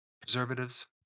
preservatives